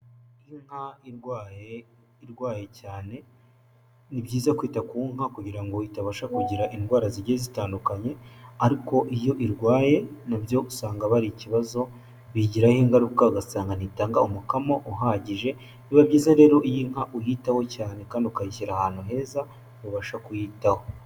Inka irwaye, irwaye cyane; ni byiza kwita ku nka kugira ngo itabasha kugira indwara zigiye zitandukanye; ariko iyo irwaye, na byo usanga aba ari ikibazo, biyigiraho ingaruka ugasanga ntitanga umukamo uhagije. Biba byiza rero iyo inka uyitaho cyane kandi ukayishyira ahantu heza, ubasha kuyitaho.